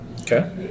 Okay